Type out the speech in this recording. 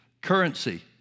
currency